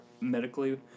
medically